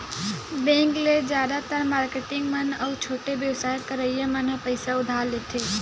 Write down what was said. bank ले जादातर marketing मन अउ छोटे बेवसाय करइया मन ह पइसा उधार लेथे